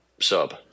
sub